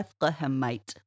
Bethlehemite